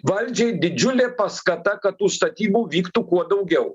valdžiai didžiulė paskata kad tų statybų vyktų kuo daugiau